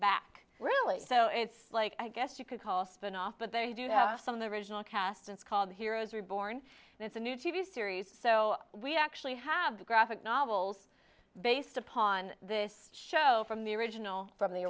back really so it's like i guess you could call a spinoff but they do have some of the original cast it's called heroes reborn and it's a new t v series so we actually have the graphic novels based upon this show from the original from the